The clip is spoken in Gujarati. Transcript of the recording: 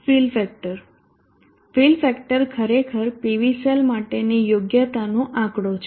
ફીલ ફેક્ટર ફીલ ફેક્ટર ખરેખર PV સેલ માટેની યોગ્યતાનો આંકડો છે